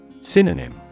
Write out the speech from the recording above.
Synonym